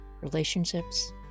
relationships